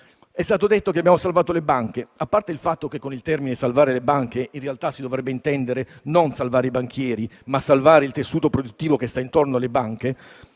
È stato detto che abbiamo salvato le banche. A parte il fatto che con l'espressione «salvare le banche», in realtà, si dovrebbe intendere non salvare i banchieri, ma salvare il tessuto produttivo che sta intorno alle banche;